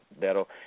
that'll –